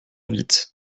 vite